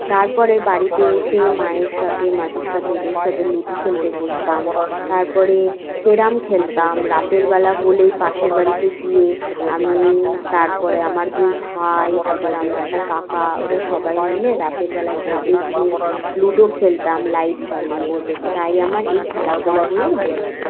তারপরে বাড়িতে এসে মায়ের সাথে মাসির সাথে এদের সাথে লুডো খেলতে বসতাম তারপরে ক্যারাম খেলতাম রাতেরবেলা হলেই পাশের বাড়িতে গিয়ে আমি তারপরে আমার দুই ভাই তারপর আমার একটা কাকা ওরা সবাই মিলে রাতের বলা ছাদে গিয়ে লুডো খেলতাম লাইট জ্বালিয়ে তাই আমার এই খেলাধুলাগুলো ভালো লাগে